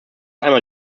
einmal